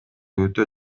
өтө